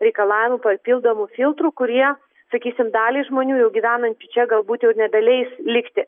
reikalavimų papildomų filtrų kurie sakysim daliai žmonių jau gyvenančių čia galbūt jau nebeleis likti